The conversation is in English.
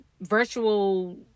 virtual